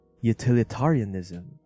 utilitarianism